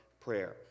prayer